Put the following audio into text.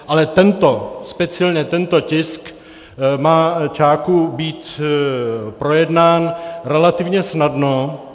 Ale speciálně tento tisk má čáku být projednán relativně snadno.